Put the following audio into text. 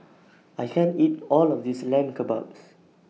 I can't eat All of This Lamb Kebabs